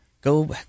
Go